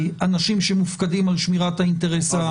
אנשים שמופקדים על שמירת האינטרס הציבורי.